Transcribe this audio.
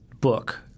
book